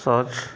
search